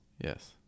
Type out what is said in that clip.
Yes